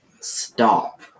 stop